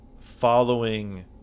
following